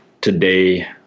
today